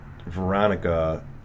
Veronica